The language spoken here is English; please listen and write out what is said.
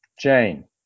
Jane